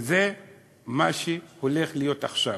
וזה מה שהולך להיות עכשיו: